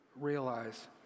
realize